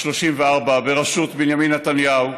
השלושים וארבע, הממשלה בראשות בנימין נתניהו,